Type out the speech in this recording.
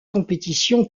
compétitions